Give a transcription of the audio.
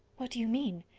what do you mean?